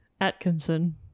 Atkinson